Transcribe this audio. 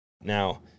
now